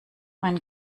mein